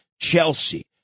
Chelsea